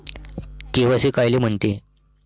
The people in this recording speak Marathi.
के.वाय.सी कायले म्हनते?